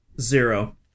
Zero